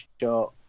short